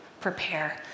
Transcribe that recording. prepare